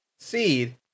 Seed